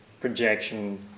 projection